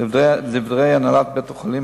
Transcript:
לדברי הנהלת בית-החולים,